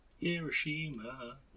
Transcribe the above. Hiroshima